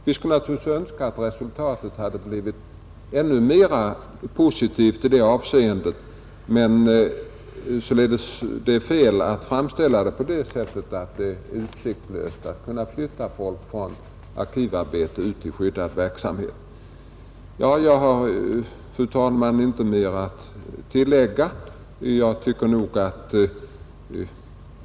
Vi skulle naturligtvis önska att resultatet blivit ännu mer positivt i detta avseende, men det är således fel att framställa saken så att det är utsiktslöst att försöka flytta folk från arkivarbete till skyddad verksamhet.